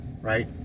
right